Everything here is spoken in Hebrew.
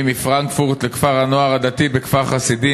מפרנקפורט לכפר-הנוער הדתי בכפר-חסידים.